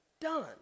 done